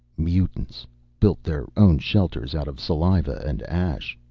mutants built their own shelters out of saliva and ash.